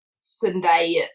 Sunday